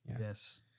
Yes